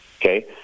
okay